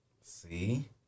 See